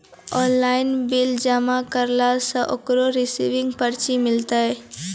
Online bill जमा करला से ओकरौ रिसीव पर्ची मिलतै?